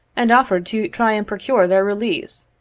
and offered to try and procure their release,